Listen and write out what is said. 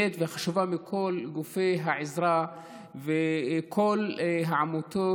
לכל גופי העזרה ולכל העמותות,